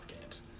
games